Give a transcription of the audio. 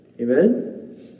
Amen